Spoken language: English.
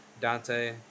Dante